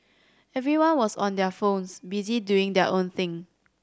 everyone was on their phones busy doing their own thing